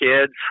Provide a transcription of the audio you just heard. kids